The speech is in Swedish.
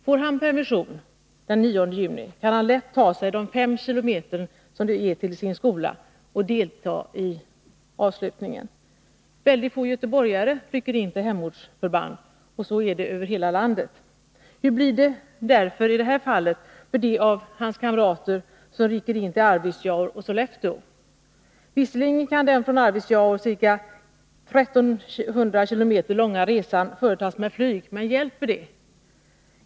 Får han permission den 9 juni kan han lätt ta sig de fem kilometerna till sin skola och delta i avslutningen. Väldigt få göteborgare rycker dock in till sina hemortsförband — även i Övriga delar av landet är det få som rycker in till hemortsförband. Hur blir det för de av hans kamrater som rycker in till Arvidsjaur och Sollefteå? Visserligen kan den ca 1300 km långa resan från Arvidsjaur företas med flyg, men hjälper det?